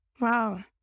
Wow